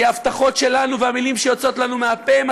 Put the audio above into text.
כי ההבטחות שלנו והמילים שיוצאות לנו מהפה הן